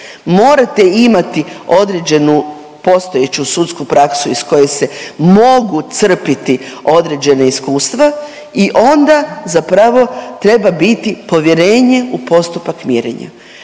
morate imati određenu postojeću sudsku praksu iz koje se mogu crpiti određena iskustva i onda zapravo treba biti povjerenje u postupak mirenja.